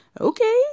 Okay